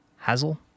Hazel